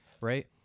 right